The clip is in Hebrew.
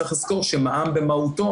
צריך לזכור שמע"מ במהותו,